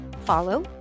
follow